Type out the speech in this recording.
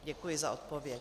Děkuji za odpověď.